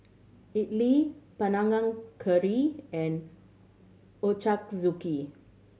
Idili Panang Curry and Ochazuke